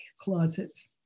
closets